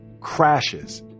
crashes